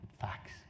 facts